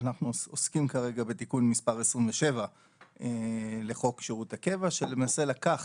אנחנו עוסקים כרגע בתיקון מס' 27 לחוק שירות הקבע שלמעשה לקח